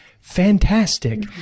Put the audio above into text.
fantastic